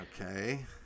Okay